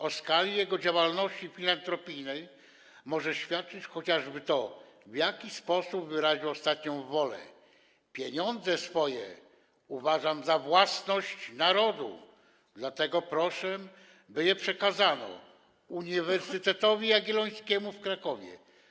O skali jego działalności filantropijnej może świadczyć chociażby to, w jaki sposób wyraził ostatnią wolę: pieniądze swoje uważam za własność narodu, dlatego proszę, by je przekazano Uniwersytetowi Jagiellońskiemu w Krakowie.